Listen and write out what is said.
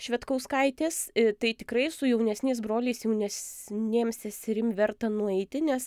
švedkauskaitės tai tikrai su jaunesniais broliais jaunesnėm seserim verta nueiti nes